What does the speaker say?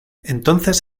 entonces